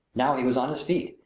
now he was on his feet,